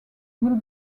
will